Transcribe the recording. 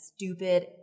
stupid